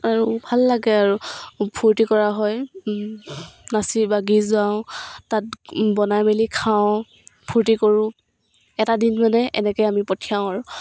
আৰু ভাল লাগে আৰু ফূৰ্তি কৰা হয় নাচি বাগি যাওঁ তাত বনাই মেলি খাওঁ ফূৰ্তি কৰোঁ এটা দিন মানে এনেকৈ আমি পঠিয়াওঁ আৰু